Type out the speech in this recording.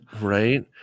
Right